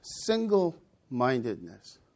single-mindedness